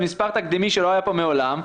מספר תקדימי שלא היה פה מעולם,